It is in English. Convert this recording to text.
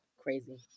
crazy